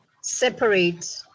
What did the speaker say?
separate